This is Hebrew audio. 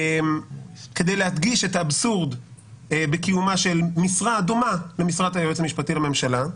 כדי להדגיש את האבסורד בקיומה של משרה הדומה למשרת היועץ המשפטי לממשלה.